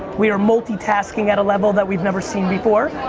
we are multi-tasking at a level that we've never seen before,